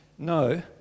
No